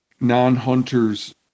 non-hunters